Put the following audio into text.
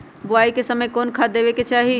बोआई के समय कौन खाद देवे के चाही?